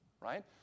right